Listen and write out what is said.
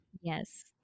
Yes